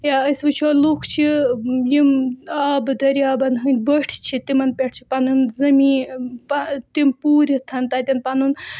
یا أسۍ وٕچھو لُکھ چھِ یِم آبہٕ دٔریابَن ہٕنٛدۍ بٔٹھۍ چھِ تِمَن پٮ۪ٹھ چھِ پَنُن زٔمی تِم پوٗرِتھ تَتٮ۪ن پَنُن